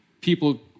people